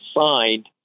signed